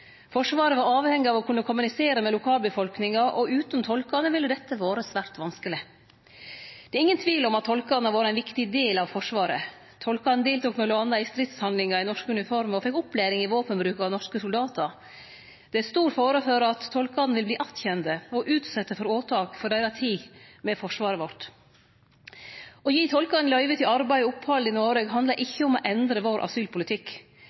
Forsvaret var avhengig av å kunne kommunisere med lokalbefolkninga, og utan tolkane ville dette vore svært vanskeleg. Det er ingen tvil om at tolkane har vore ein viktig del av Forsvaret. Tolkane deltok m.a. i stridshandlingar i norske uniformer og fekk opplæring i våpenbruk av norske soldatar. Det er stor fare for at tolkane vil verte attkjende og utsette for åtak for deira tid med forsvaret vårt. Å gi tolkane løyve til arbeid og opphald i Noreg handlar ikkje om å endre vår asylpolitikk.